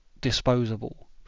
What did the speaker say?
disposable